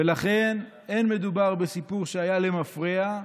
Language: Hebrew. ולכן לא מדובר בסיפור שהיה למפרע,